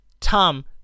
Tom